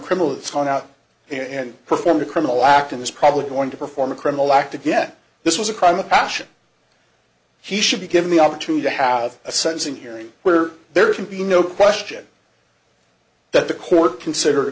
criminal it's gone out there and perform a criminal act in this probably going to perform a criminal act again this was a crime of passion he should be given the opportunity to have a sense in hearing where there can be no question that the court consider